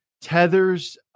tethers